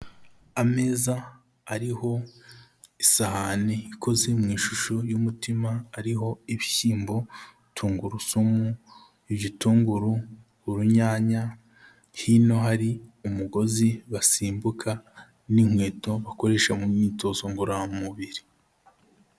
Ameza ariho isahani ikoze mu ishusho y'umutima, ariho ibishyimbo, tungurusumu, igitunguru, urunyanya, hino hari umugozi basimbuka n'inkweto bakoresha mu myitozo ngororamubiri.